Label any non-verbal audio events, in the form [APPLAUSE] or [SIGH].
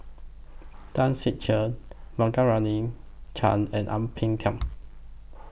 Tan Ser Cher [UNINTELLIGIBLE] Chan and Ang Peng Tiam